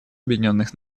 объединенных